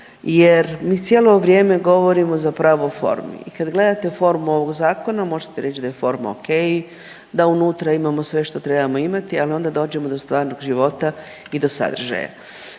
jer mi cijelo vrijeme govorimo zapravo o formi i kad gledate formu ovog zakona, možete reći da je forma okej, da unutra imamo sve što trebamo imati, ali onda dođemo do stvarnog života i do sadržaja.